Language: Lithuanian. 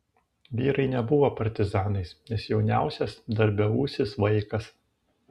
vyrai nebuvo partizanais nes jauniausias dar beūsis vaikas